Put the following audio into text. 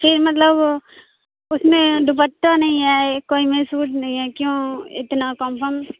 پھر مطلب اس میں دوپٹہ نہیں ہے کوئی میں سوٹ نہیں ہے کیوں اتنا کمفم